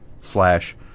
slash